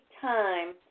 time